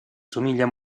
somiglia